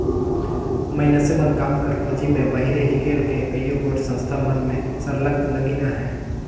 मइनसे मन काम कर खोझी में बाहिरे हिंकेल के कइयो गोट संस्था मन में सरलग लगिन अहें